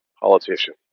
politician